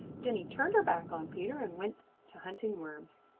jenny turned her back on peter and went to hunting worms.